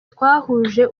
twahuje